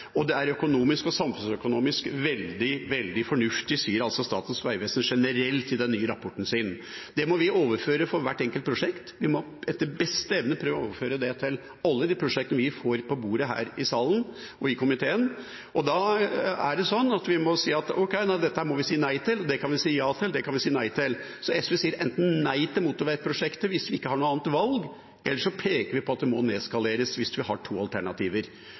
nytte. Det er økonomisk og samfunnsøkonomisk veldig fornuftig, sier altså Statens vegvesen generelt i den nye rapporten sin. Det må vi overføre til hvert enkelt prosjekt – vi må etter beste evne prøve å overføre det til alle disse prosjektene vi får på bordet her i salen og i komiteen. Da må vi si at dette kan vi si nei til, dette kan vi si ja til. Så SV sier nei til motorveiprosjekter hvis vi ikke har noe annet valg. Ellers peker vi på at det må nedskaleres hvis vi har to alternativer.